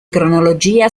cronologia